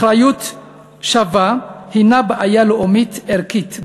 אחריות שווה היא בעיה לאומית ערכית,